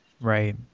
Right